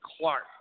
Clark